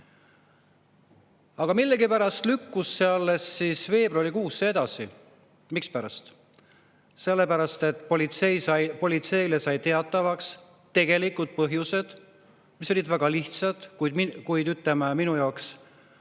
aga millegipärast lükkus see veebruarikuusse edasi. Mispärast? Selle pärast, et politseile said teatavaks tegelikud põhjused, mis olid väga lihtsad, kuid, ütleme, minu jaoks